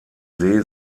see